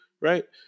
right